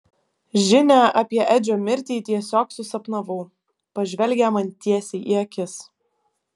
žinią apie edžio mirtį tiesiog susapnavau pažvelgia man tiesiai į akis